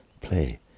play